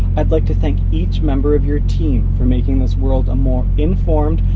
i'd like to thank each member of your team for making this world a more informed,